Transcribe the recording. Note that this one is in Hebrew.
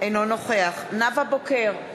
אינו נוכח נאוה בוקר,